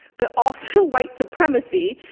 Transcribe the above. but also white supremacy,